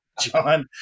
John